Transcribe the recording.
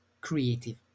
creative